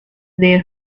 their